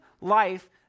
life